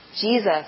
Jesus